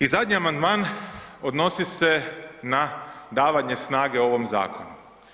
I zadnji amandman odnosi se na davanje snage ovom zakonu.